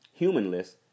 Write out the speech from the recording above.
humanless